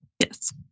Yes